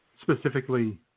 specifically